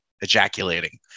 ejaculating